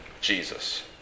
Jesus